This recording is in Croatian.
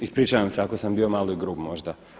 Ispričavam se ako sam bio malo i grub možda.